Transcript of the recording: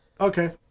okay